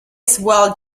swell